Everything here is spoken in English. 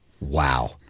Wow